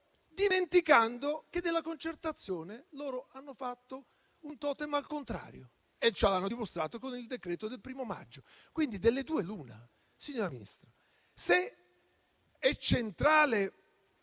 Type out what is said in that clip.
dimenticando che della concertazione loro hanno fatto un *totem* al contrario, come hanno dimostrato con il decreto del 1° maggio. Delle due l'una, signora Ministra: se è centrale